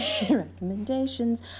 Recommendations